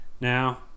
Now